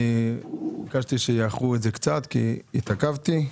ביקשתי שיאחרו קצת כי התעכבתי.